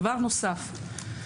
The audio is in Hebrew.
דבר נוסף.